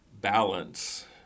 balance